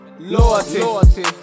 Loyalty